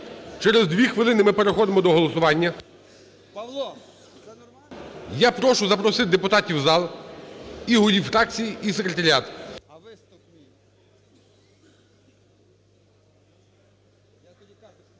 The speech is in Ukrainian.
Через дві хвилини ми переходимо до голосування. Я прошу запросити депутатів в зал і голів фракцій, і секретаріат.